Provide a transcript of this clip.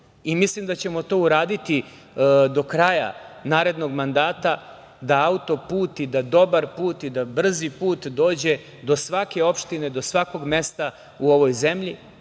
i mislim da ćemo to uraditi do kraja narednog mandata, da autoput i da dobar put i da brzi put dođe do svake opštine, do svakog mesta u ovoj zemlji,